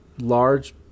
large